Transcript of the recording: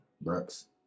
brooks